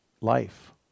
life